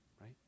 right